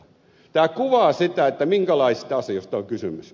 tämä kuvaa sitä minkälaisista asioista on kysymys